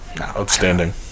Outstanding